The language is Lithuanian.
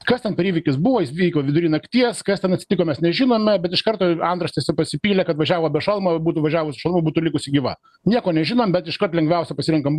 kas ten per įvykis buvo jis vyko vidury nakties kas ten atsitiko mes nežinome bet iš karto antraštėse pasipylė kad važiavo be šalmo būtų važiavus su šalmu būtų likusi gyva nieko nežinom bet iškart lengviausią pasirenkam